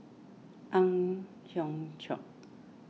Ang Hiong Chiok